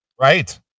right